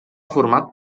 format